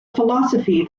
philosophy